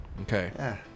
Okay